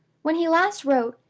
when he last wrote,